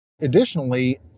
Additionally